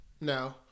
no